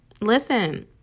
listen